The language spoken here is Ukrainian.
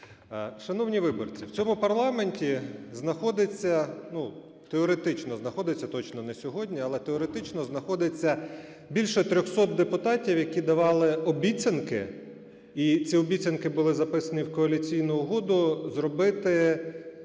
Шановні виборці, в цьому парламенті знаходиться, теоретично знаходиться, точно не сьогодні, але теоретично знаходиться більше 300 депутатів, які давали обіцянки. І ці обіцянки були записані в Коаліційну угоду: зробити,